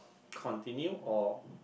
continue or